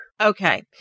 Okay